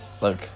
Look